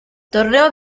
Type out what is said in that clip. torneo